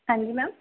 ਹਾਂਜੀ ਮੈਮ